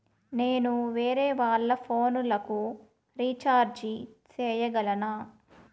నేను వేరేవాళ్ల ఫోను లకు రీచార్జి సేయగలనా?